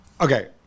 okay